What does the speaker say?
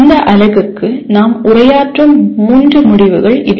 இந்த அலகுக்கு நாம் உரையாற்றும் மூன்று முடிவுகள் இவை